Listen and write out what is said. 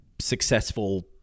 successful